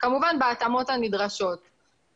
כמובן בהתאמות הנדרשות.